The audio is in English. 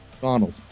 Donald